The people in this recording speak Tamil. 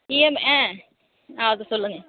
இஎம்ஐ ஆ அது சொல்லுங்கள்